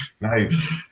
nice